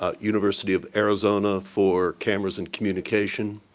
ah university of arizona for cameras and communication,